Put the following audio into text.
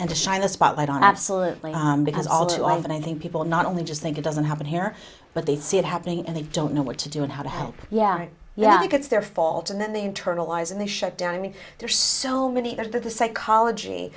and to shine a spotlight on absolutely because all too often i think people not only just think it doesn't happen here but they see it happening and they don't know what to do and how to help yeah yeah it gets their fault and then they internalize and they shut down i mean there are so many there that the psychology